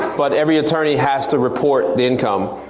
but every attorney has to report the income.